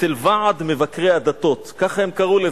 אצל ועד מבקרי הדתות, כך הם קראו לזה: